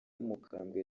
umukambwe